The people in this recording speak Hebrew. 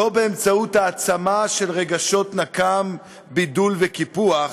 לא באמצעות העצמה של רגשות נקם, בידול וקיפוח,